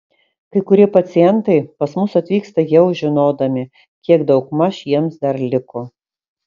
kai kurie pacientai pas mus atvyksta jau žinodami kiek daugmaž jiems dar liko